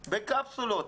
בקפסולות,